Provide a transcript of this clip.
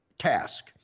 task